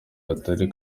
atari